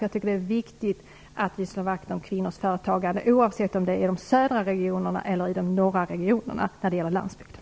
Jag tycker att det är viktigt att vi slår vakt om kvinnors företagande, oavsett om det är i de södra regionerna eller i de norra, när det gäller landsbygden.